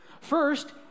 First